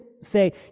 say